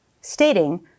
stating